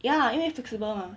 ya 因为 flexible mah